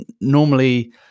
normally